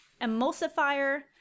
emulsifier